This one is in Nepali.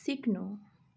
सिक्नु